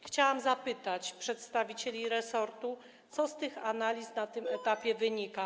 Chciałam zapytać przedstawicieli resortu, co z tych analiz na tym etapie wynika.